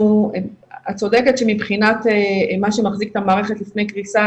את צודקת שמבחינת מה שמחזיק את המערכת בפני קריסה,